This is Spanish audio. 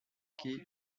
que